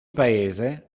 paese